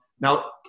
Now